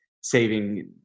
saving